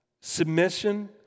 Submission